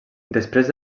després